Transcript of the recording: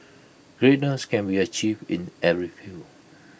greatness can be achieved in every field